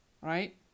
right